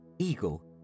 Eagle